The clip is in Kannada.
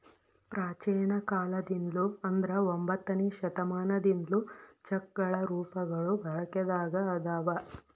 ಪ್ರಾಚೇನ ಕಾಲದಿಂದ್ಲು ಅಂದ್ರ ಒಂಬತ್ತನೆ ಶತಮಾನದಿಂದ್ಲು ಚೆಕ್ಗಳ ರೂಪಗಳು ಬಳಕೆದಾಗ ಅದಾವ